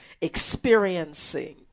experiencing